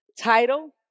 title